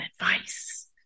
advice